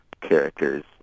characters